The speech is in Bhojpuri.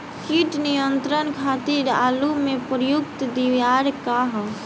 कीट नियंत्रण खातिर आलू में प्रयुक्त दियार का ह?